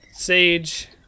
Sage